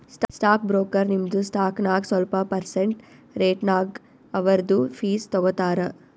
stock broker ನಿಮ್ದು stock ನಾಗ್ ಸ್ವಲ್ಪ ಪರ್ಸೆಂಟ್ ರೇಟ್ನಾಗ್ ಅವ್ರದು ಫೀಸ್ ತಗೋತಾರ